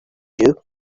you